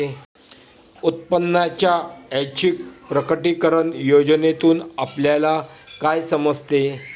उत्पन्नाच्या ऐच्छिक प्रकटीकरण योजनेतून आपल्याला काय समजते?